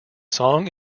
song